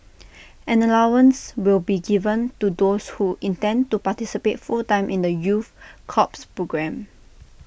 an allowance will be given to those who intend to participate full time in the youth corps programme